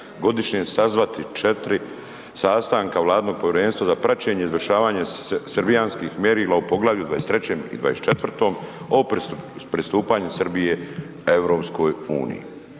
godišnje sazvati 4 sastanka vladinog Povjerenstva za praćenje i izvršavanje srbijanskih mjerila u Poglavlju 23. i 24. o pristupanju Srbije EU. Do sada